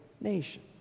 nation